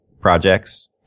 projects